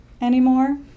anymore